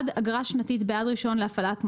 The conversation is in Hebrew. בשקלים חדשים אגרה שנתית בעד רישיון להפעלת מוסך,